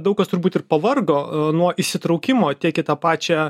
daug kas turbūt ir pavargo nuo įsitraukimo tiek į tą pačią